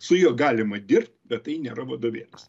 su juo galima dirbt bet tai nėra vadovėlis